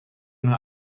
nur